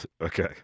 okay